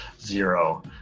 zero